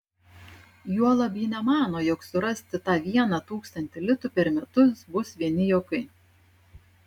juolab ji nemano jog surasti tą vieną tūkstantį litų per metus bus vieni juokai